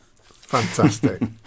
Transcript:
fantastic